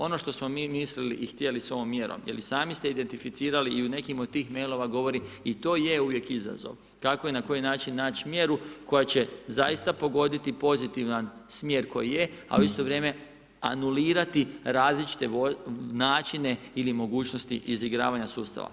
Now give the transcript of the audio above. Ono što smo mi mislili i htjeli s ovom mjerom, jer i sami ste identificirali i u nekim od tih mailova govori i to je uvijek izazov, kako i na koji način naći mjeru koja će zaista pogoditi pozitivan smjer koji je, a u isto vrijeme anulirati različite načine ili mogućnosti izigravanje sustava.